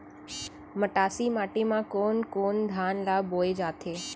मटासी माटी मा कोन कोन धान ला बोये जाथे?